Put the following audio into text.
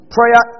Prayer